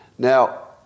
Now